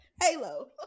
halo